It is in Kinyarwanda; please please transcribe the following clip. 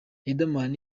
riderman